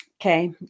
Okay